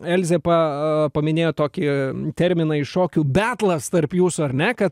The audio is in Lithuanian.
elzė pa a paminėjo tokį terminą iš šokių betlas tarp jūsų ar ne kad